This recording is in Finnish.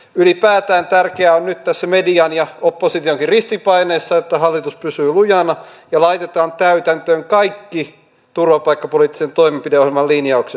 ylipäätään tärkeää on nyt tässä median ja oppositionkin ristipaineessa että hallitus pysyy lujana ja laitetaan täytäntöön kaikki turvapaikkapoliittisen toimenpideohjelman linjaukset